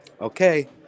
Okay